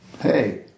hey